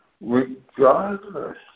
regardless